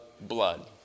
blood